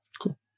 Cool